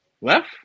left